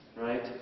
Right